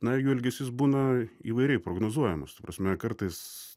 na jų elgesys būna įvairiai prognozuojamas ta prasme kartais